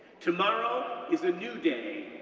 tomorrow is a new day,